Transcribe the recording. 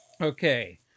Okay